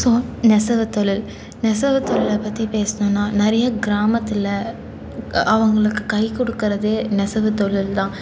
so நெசவு தொழில் நெசவு தொழிலை பற்றி பேசணும்னா நிறைய கிராமத்தில் அவங்களுக்கு கை கொடுக்கறது நெசவு தொழில்தான்